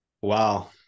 Wow